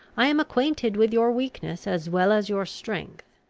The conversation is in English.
i am acquainted with your weakness as well as your strength.